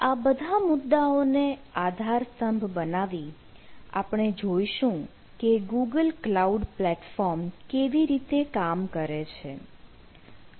તો બધા મુદ્દાઓ ને આધાર સ્તંભ બનાવી આપણે જોઇશું કે ગૂગલ ક્લાઉડ પ્લેટફોર્મ કેવી રીતે કામ કરે છે